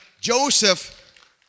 Joseph